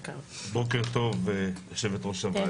בוקר טוב יושבת ראש הוועדה,